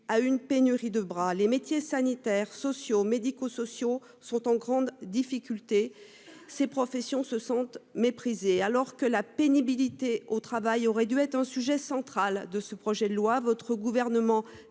à une pénurie de bras. Les métiers de ce secteur sont en grande difficulté et les professionnels se sentent méprisés. Alors que la pénibilité au travail aurait dû être un sujet central de ce projet de loi, votre gouvernement